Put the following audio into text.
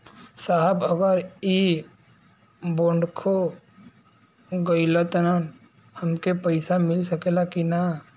साहब अगर इ बोडखो गईलतऽ हमके पैसा मिल सकेला की ना?